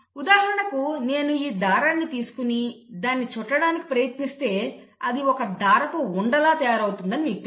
ఉదాహరణకు నేను ఈ దారాన్ని తీసుకుని దాన్ని చుట్టడానికి ప్రయత్నిస్తే అది ఒక దారపు ఉండాలా తయారవుతుందని మీకు తెలుసు